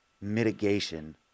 mitigation